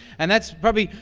and that's probably,